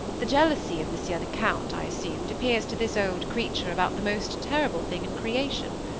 the jealousy of monsieur the count, i assumed, appears to this old creature about the most terrible thing in creation.